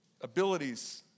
abilities